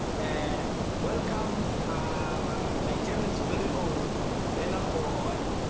welcome our nigeria's very own, burna boy.